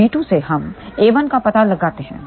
तो b2 से हम a1 का पता लगाते हैं